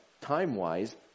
time-wise